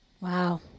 Wow